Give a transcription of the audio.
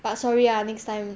but sorry ah next time